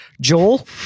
Joel